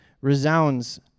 resounds